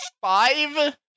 five